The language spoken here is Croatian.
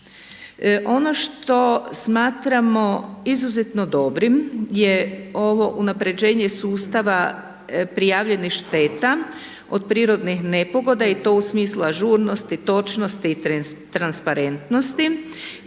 Ono što smatramo izuzetno dobrim je ovo unapređenje sustava prijavljenih šteta od prirodnih nepogoda i to u smislu ažurnosti, točnosti i transparentnosti